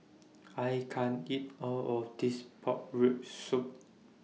I can't eat All of This Pork Rib Soup